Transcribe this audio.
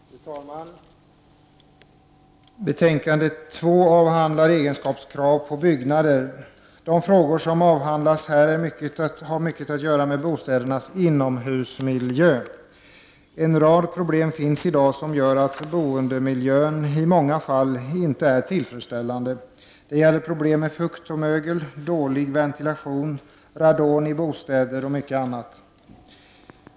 Fru talman! I betänkande 2 avhandlas egenskapskrav på byggnader. De frågor som avhandlas i betänkandet har mycket att göra med bostädernas inomhusmiljö. En rad problem finns i dag som gör att boendemiljön i många fall inte är tillfredsställande. Det gäller problem med fukt och mögel, dålig ventilation, radon i bostäder och mycket annat.